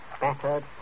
battered